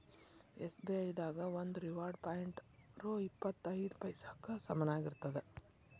SBI ದಾಗ ಒಂದು reward point ರೊ ಇಪ್ಪತ್ ಐದ ಪೈಸಾಕ್ಕ ಸಮನಾಗಿರ್ತದ